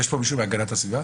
יש פה מישהו מהגנת הסביבה?